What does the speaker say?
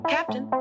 captain